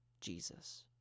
Jesus